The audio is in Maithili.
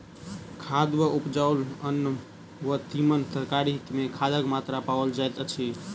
खाद पर उपजाओल अन्न वा तीमन तरकारी मे खादक मात्रा पाओल जाइत अछि